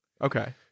Okay